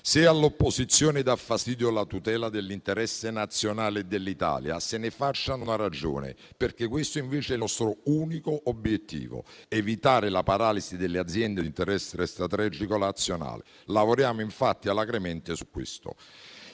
Se all'opposizione dà fastidio la tutela dell'interesse nazionale e dell'Italia, se ne facciano una ragione, perché questo invece è il nostro unico obiettivo: vale a dire evitare la paralisi delle aziende di interesse strategico nazionale e su questo infatti lavoriamo alacremente.